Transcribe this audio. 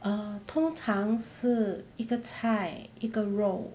err 通常是一个菜一个肉